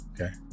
Okay